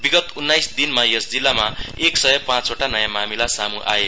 विगत उन्नाइस दिनमा यस जिल्लामा एक सय पाँचवटा नयाँ मामिला सामू आए